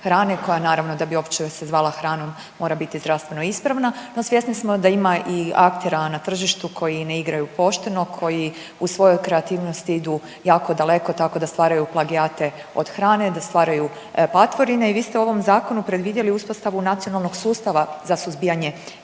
koja naravno da bi uopće se zvala hranom mora biti zdravstveno ispravna, no svjesni smo da ima i aktera na tržištu koji ne igraju pošteno, koji u svojoj kreativnosti idu jako daleko tako da stvaraju plagijate od hrane, da stvaraju patvorine i vi ste u ovom zakonu predvidjeli uspostavu nacionalnog sustava za suzbijanje